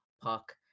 puck